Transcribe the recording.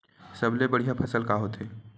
सबले बढ़िया फसल का होथे?